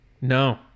No